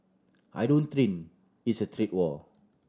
I don't think it's a trade war